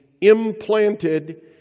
implanted